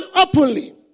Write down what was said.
openly